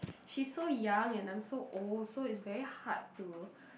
she's so young and I'm so old so it's very hard to